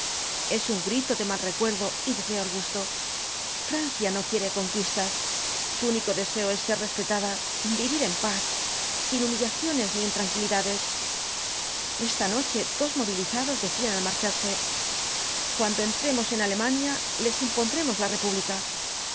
es un grito de mal recuerdo y de peor gusto francia no quiere conquistas su único deseo es ser respetada vivir en paz in humillaciones ni intranquilidades esta noche dos movilizados decían al marcharse cuando entremos en alemania les impondremos la república la